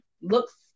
looks